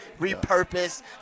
repurposed